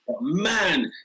Man